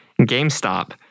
GameStop